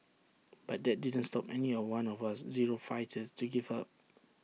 but that didn't stop any of one of us zero fighters to give up